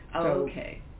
Okay